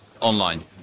online